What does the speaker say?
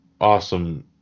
awesome